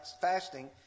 fasting